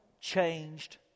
changed